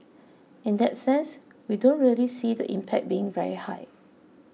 in that sense we don't really see the impact being very high